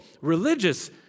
religious